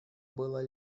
было